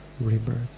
rebirth